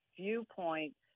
viewpoint